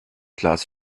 class